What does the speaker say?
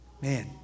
Man